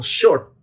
short